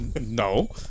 No